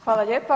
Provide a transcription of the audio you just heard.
Hvala lijepa.